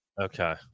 okay